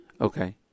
Okay